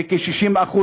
וכ-60%,